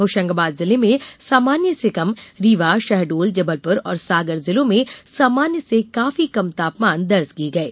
होशंगाबाद जिले में सामान्य से कम रीवा शहडोल जबलपुर और सागर जिलों में सामान्य से काफी कम तापमान दर्ज किये गये